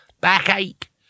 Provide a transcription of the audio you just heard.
Backache